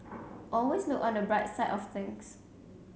always look on the bright side of things